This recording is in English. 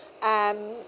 um